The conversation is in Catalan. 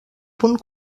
punt